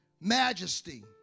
majesty